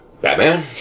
Batman